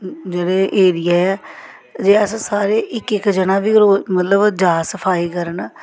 जेह्ड़े एरिया ऐ जे अस सारे इक इक जना बी रोज मतलब जा सफाई करन